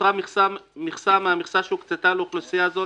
נותרה מכסה מהמכסה שהוקצתה לאוכלוסייה זו,